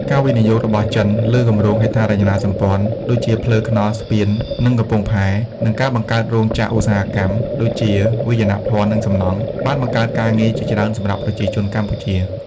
ការវិនិយោគរបស់ចិនលើគម្រោងហេដ្ឋារចនាសម្ព័ន្ធ (ដូចជាផ្លូវថ្នល់ ស្ពាន និងកំពង់ផែ) និងការបង្កើតរោងចក្រឧស្សាហកម្ម (ដូចជាវាយនភ័ណ្ឌ និងសំណង់) បានបង្កើតការងារជាច្រើនសម្រាប់ប្រជាជនកម្ពុជា។